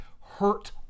hurt